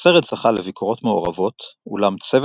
הסרט זכה לביקורות מעורבות, אולם צוות